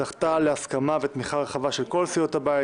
זכתה להסכמה ותמיכה רחבה של כל סיעות הבית